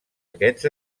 aquests